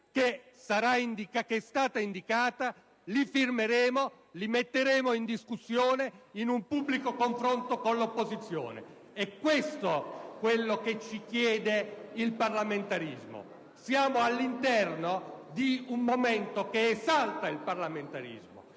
che è stata indicata, li firmeremo e li discuteremo in un pubblico confronto con l'opposizione. È questo quello che ci chiede il parlamentarismo. Stiamo vivendo un momento che esalta il parlamentarismo.